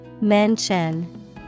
Mention